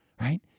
right